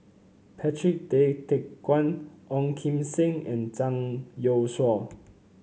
Patrick Tay Teck Guan Ong Kim Seng and Zhang Youshuo